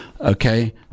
Okay